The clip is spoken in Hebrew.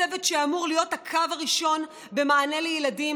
הצוות שאמור להיות הקו הראשון במענה לילדים